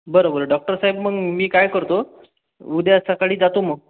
बरं बरं डॉक्टर साहेब मग मी काय करतो उद्या सकाळी जातो मग